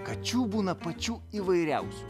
kačių būna pačių įvairiausių